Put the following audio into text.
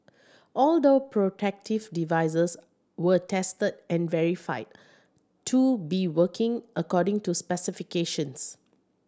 all door protective devices were tested and verified to be working according to specifications